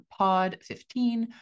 POD15